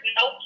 no